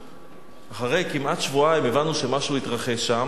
אחרי כמעט שבועיים הבנו שמשהו התרחש שם.